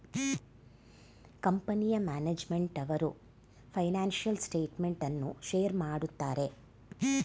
ಕಂಪನಿಯ ಮ್ಯಾನೇಜ್ಮೆಂಟ್ನವರು financial statement ಅನ್ನು ಶೇರ್ ಮಾಡುತ್ತಾರೆ